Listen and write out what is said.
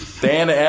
Dan